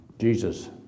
Jesus